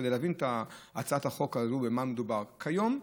כדי להבין את הצעת החוק הזאת ובמה מדובר, כיום,